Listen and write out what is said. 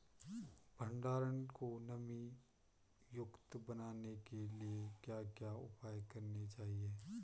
भंडारण को नमी युक्त बनाने के लिए क्या क्या उपाय करने चाहिए?